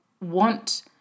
want